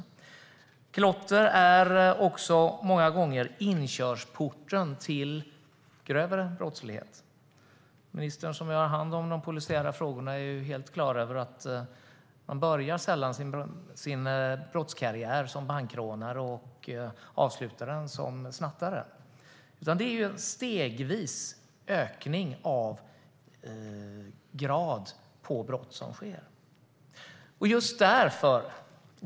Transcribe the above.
Många gånger är klotter också inkörsporten till grövre brottslighet. Ministern, som har hand om de polisiära frågorna, är helt klar över att man sällan börjar sin brottskarriär som bankrånare och avslutar den som snattare. Det sker en stegvis ökning av graden av dessa brott.